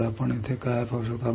तर आपण येथे काय पाहू शकतो